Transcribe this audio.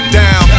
down